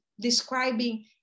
describing